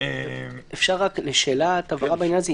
אפשר רק שאלת הבהרה בעניין הזה.